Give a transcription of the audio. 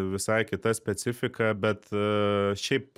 visai kita specifika bet šiaip